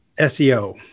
SEO